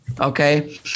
Okay